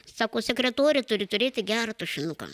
sako sekretorė turi turėti gerą tušinuką